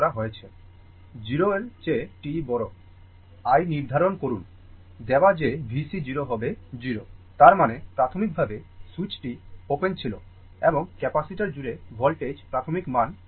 0 এর চেয়ে t বড় জন্য i নির্ধারণ করুন দেওয়া যে VC 0 হবে 0 তার মানে প্রাথমিকভাবে সুইচটি ওপেন ছিল এবং ক্যাপাসিটার জুড়ে voltage প্রাথমিক মান 0